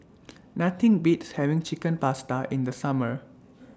Nothing Beats having Chicken Pasta in The Summer